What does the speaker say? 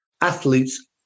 athletes